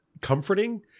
comforting